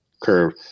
curve